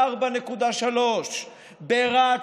4.3%; ברהט,